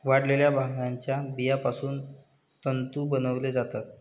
वाळलेल्या भांगाच्या बियापासून तंतू बनवले जातात